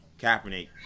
Kaepernick